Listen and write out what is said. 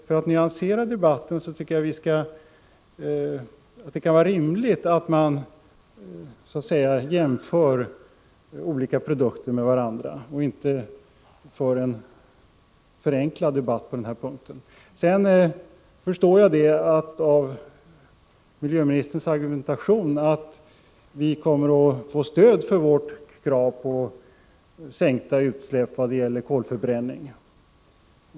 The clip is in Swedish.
För att nyansera debatten tycker jag således att det kan vara lämpligt att jämföra olika produkter med varandra. Vi bör inte föra en förenklad debatt på den här punkten. Jag förstår av miljöministerns argumentation att vi kommer att få stöd för vårt krav på sänkta utsläpp från kolförbränning.